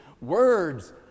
words